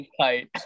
tight